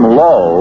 low